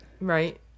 Right